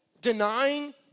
denying